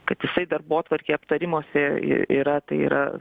kad jisai darbotvarkėj aptarimuose yra tai yra